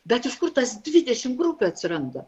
bet iš kur tas dvidešimt grupių atsiranda